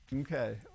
Okay